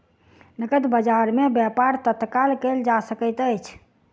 नकद बजार में व्यापार तत्काल कएल जा सकैत अछि